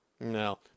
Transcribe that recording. No